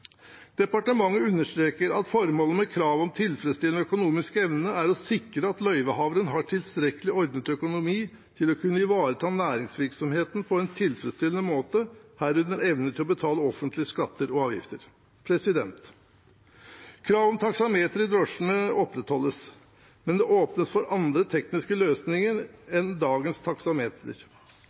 Departementet understreker at formålet med kravet om tilfredsstillende økonomisk evne er å sikre at løyvehaveren har tilstrekkelig ordnet økonomi til å kunne ivareta næringsvirksomheten på en tilfredsstillende måte, herunder evne til å betale offentlige skatter og avgifter. Kravet om taksameter i drosjene opprettholdes, men det åpnes for andre tekniske løsninger enn dagens taksameter.